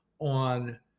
on